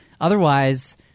otherwise